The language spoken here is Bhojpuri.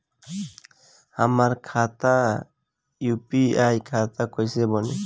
हमार खाता यू.पी.आई खाता कईसे बनी?